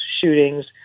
shootings